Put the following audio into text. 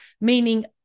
meaning